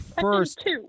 first